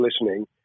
listening